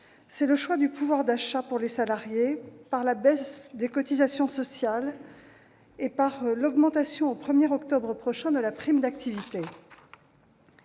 fait le choix du pouvoir d'achat pour les salariés par la baisse des cotisations sociales et par l'augmentation, au 1 octobre prochain, de la prime d'activité.